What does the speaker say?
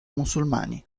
musulmani